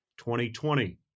2020